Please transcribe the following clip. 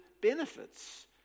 benefits